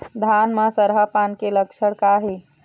धान म सरहा पान के लक्षण का हे?